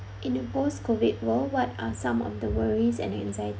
in the post COVID world what are some of the worries and inside